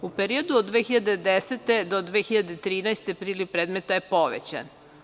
U periodu od 2010. do 2013. godine priliv predmeta je povećan.